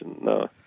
no